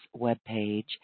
webpage